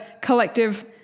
collective